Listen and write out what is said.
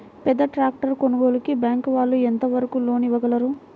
పెద్ద ట్రాక్టర్ కొనుగోలుకి బ్యాంకు వాళ్ళు ఎంత వరకు లోన్ ఇవ్వగలరు?